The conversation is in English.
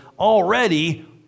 Already